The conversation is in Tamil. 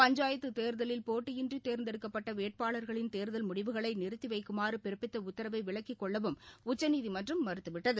பஞ்சாயத்து தேர்தலில் போட்டியின்றி தேர்ந்தெடுக்கப்பட்ட வேட்பாளர்களின் தேர்தல் முடிவுகளை நிறுத்தி வைக்குமாறு பிறப்பித்த உத்தரவை விலக்கிக் கொள்ளவும் உச்சநீதிமன்றம் மறுத்துவிட்டது